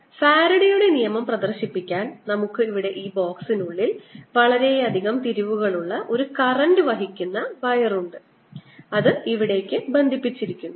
ഫാരഡെയുടെ നിയമം പ്രദർശിപ്പിക്കാൻ നമുക്ക് ഇവിടെ ഈ ബോക്സിനുള്ളിൽ വളരെയധികം തിരിവുകൾ ഉള്ള ഒരു കറന്റ് വഹിക്കുന്ന വയർ ഉണ്ട് അത് ഇവിടേക്ക് ബന്ധിപ്പിച്ചിരിക്കുന്നു